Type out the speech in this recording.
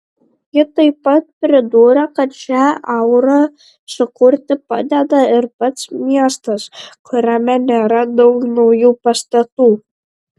ji taip pat pridūrė kad šią aurą sukurti padeda ir pats miestas kuriame nėra daug naujų pastatų